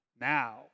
Now